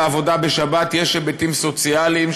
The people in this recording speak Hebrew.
לעבודה בשבת יש היבטים סוציאליים,